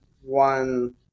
one